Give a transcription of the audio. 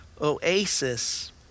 Oasis